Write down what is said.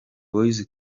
boyz